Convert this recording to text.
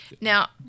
Now